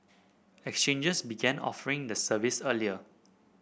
exchanges began offering the service earlier